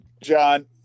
John